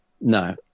No